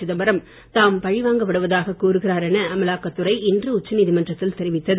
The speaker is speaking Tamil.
சிதம்பரம் தாம் பழிவாங்கப்படுவதாக கூறுகிறார் என அமலாக்கத் துறை இன்று உச்ச நீதிமன்றத்தில் தெரிவித்தது